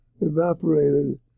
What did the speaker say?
evaporated